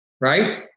right